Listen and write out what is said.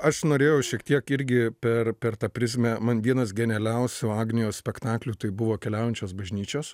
aš norėjau šiek tiek irgi per per tą prizmę man vienas genialiausių agnijos spektaklių tai buvo keliaujančios bažnyčios